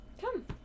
Come